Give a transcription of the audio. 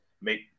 make